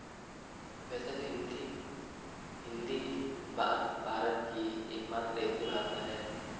वैसे तो हिन्दी हिन्दी भारत की एकमात्र ऐसी भासा है